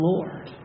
Lord